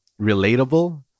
relatable